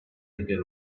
engel